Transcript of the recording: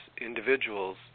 individuals